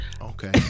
okay